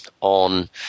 on